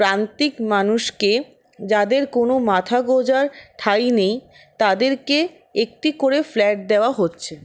প্রান্তিক মানুষকে যাদের কোনো মাথা গোঁজার ঠাঁই নেই তাদেরকে একটি করে ফ্ল্যাট দেওয়া হচ্ছে